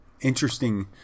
interesting